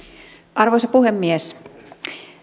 arvoisa puhemies